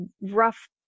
rough